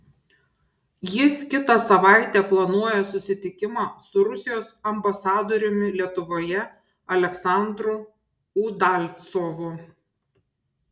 jis kitą savaitę planuoja susitikimą su rusijos ambasadoriumi lietuvoje aleksandru udalcovu